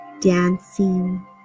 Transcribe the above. dancing